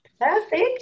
Perfect